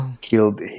killed